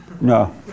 No